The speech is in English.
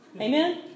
Amen